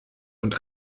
und